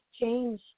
change